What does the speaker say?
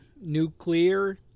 nuclear